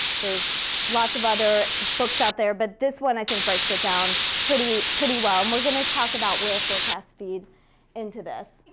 there's lots of other books out there, but this one i think breaks it down pretty pretty well, and we're talk about where forecast feed into this.